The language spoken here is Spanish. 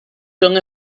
son